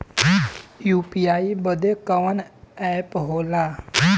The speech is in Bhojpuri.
यू.पी.आई बदे कवन ऐप होला?